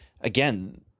again